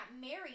married